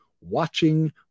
watching